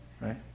Right